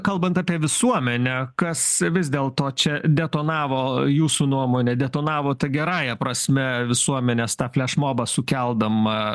kalbant apie visuomenę kas vis dėlto čia detonavo jūsų nuomone detonavo ta gerąja prasme visuomenę staflešmobą sukeldama